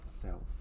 self